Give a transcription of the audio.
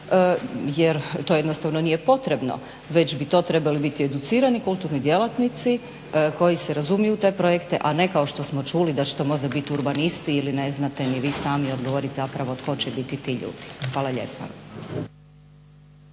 jer to jednostavno nije potrebno već bi to trebali biti educirani kulturni djelatnici koji se razumiju u te projekte a ne kao što smo čuli da će to možda biti urbanisti ili ne znate ni vi sami odgovoriti zapravo tko će biti ti ljudi. Hvala lijepa.